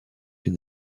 une